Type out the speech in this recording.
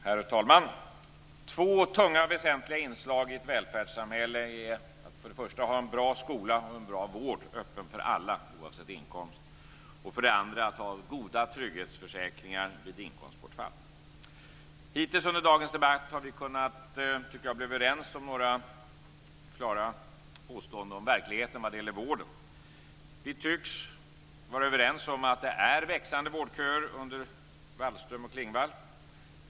Herr talman! Två tunga väsentliga inslag i ett välfärdssamhälle är för det första att ha en bra skola och en bra vård som är öppen för alla oavsett inkomst och för det andra att ha goda trygghetsförsäkringar vid inkomstbortfall. Hittills under dagens debatt har vi varit överens om några påståenden om verkligheten när det gäller vården. Vi tycks vara överens om att vårdköerna växer under Wallström och Klingvall.